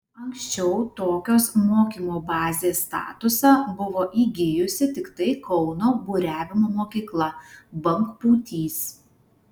anksčiau tokios mokymo bazės statusą buvo įgijusi tiktai kauno buriavimo mokykla bangpūtys